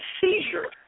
seizure